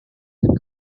could